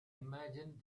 imagine